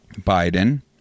Biden